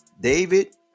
david